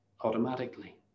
automatically